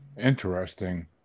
interesting